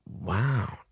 Wow